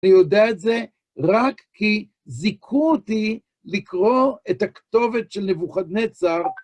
אני יודע את זה רק כי זיכו אותי לקרוא את הכתובת של נבוכדנצאר.